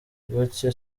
gotye